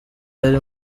yari